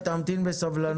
תמתין בסבלנות.